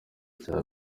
cya